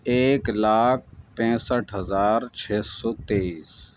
ایک لاکھ پینسٹھ ہزار چھ سو تیئیس